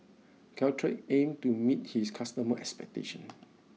Caltrate Aims to meet its customer expectation